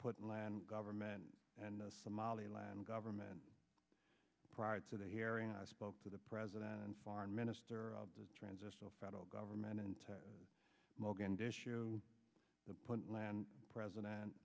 put land government and the somaliland government prior to the hearing i spoke to the president and foreign minister of the transitional federal government and to mogadishu the point land president